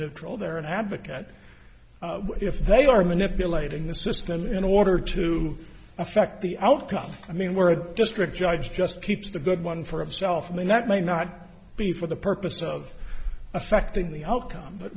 neutral they're an advocate if they are manipulating the system in order to affect the outcome i mean we're a district judge just keeps the good one for of self when that might not be for the purpose of affecting the outcome but